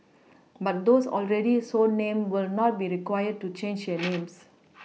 but those already so named will not be required to change their names